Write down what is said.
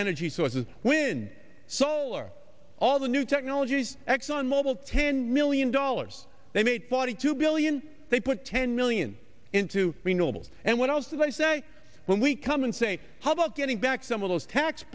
energy sources wind solar all the new technologies exxon mobile ten million dollars they made forty two billion they put ten million into renewables and what else do they say when we come and say how about getting back some of those tax